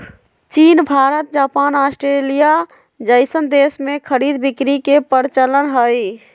चीन Bharat Japan Australia जइसन देश में खरीद बिक्री के परचलन हई